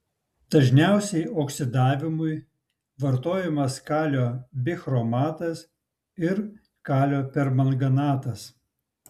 dažniausiai oksidavimui vartojamas kalio bichromatas ir kalio permanganatas